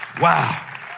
Wow